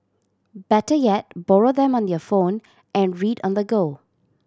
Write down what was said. better yet borrow them on your phone and read on the go